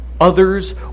Others